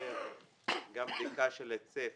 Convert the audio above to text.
כאשר גם לבדיקה של היצף